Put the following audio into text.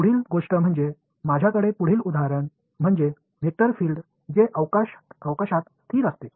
पुढील गोष्ट म्हणजे माझ्याकडे पुढील उदाहरण म्हणजे वेक्टर फील्ड जे अवकाशात स्थिर असते